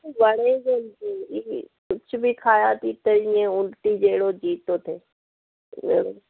घणे ॾींहनि खे कुझु बि खायां थी त ईअं उल्टी जहिड़ो जी थो थिए हा